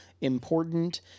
important